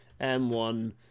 M1